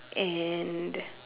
and